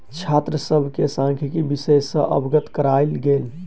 छात्र सभ के सांख्यिकी विषय सॅ अवगत करायल गेल